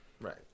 Right